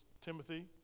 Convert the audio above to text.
Timothy